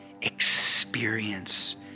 experience